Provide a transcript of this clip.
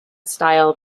style